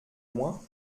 loin